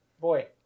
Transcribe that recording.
Boy